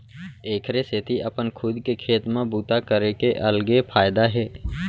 एखरे सेती अपन खुद के खेत म बूता करे के अलगे फायदा हे